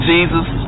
Jesus